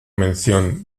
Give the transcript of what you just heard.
mención